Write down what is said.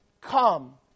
come